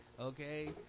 Okay